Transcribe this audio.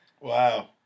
Wow